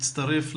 מצטרף,